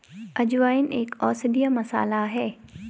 अजवाइन एक औषधीय मसाला है